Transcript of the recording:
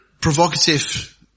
provocative